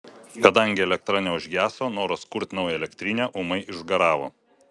kadangi elektra neužgeso noras kurti naują elektrinę ūmai išgaravo